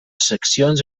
seccions